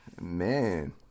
man